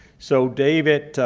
so david